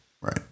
right